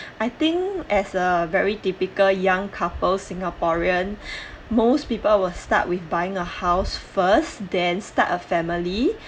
I think as a very typical young couple singaporean most people will start with buying a house first then start a family